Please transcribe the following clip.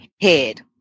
head